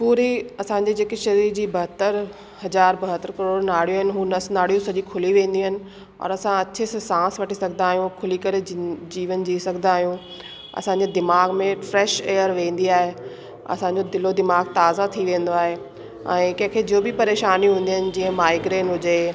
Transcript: पूरी असांजी जेकी शरीर जी ॿहतरि हज़ार महत्वपूर्ण नाड़ियूं आहिनि हू नस नाड़ियूं सॼी खुली वेंदियूं आहिनि और असां अच्छे से सांस वठी सघंदा आहियूं खुली करे जिन जीवन जी सघंदा आहियूं असांजे दीमाग़ु में फ्रेश एयर वेंदी आहे असांजो दिलो दीमाग़ु ताज़ा थी वेंदो आहे ऐं कंहिंखे जो बि परेशानी हूंदियूं आहिनि जीअं माइग्रेन हुजे